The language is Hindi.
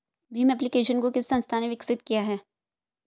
भीम एप्लिकेशन को किस संस्था ने विकसित किया है?